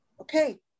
Okay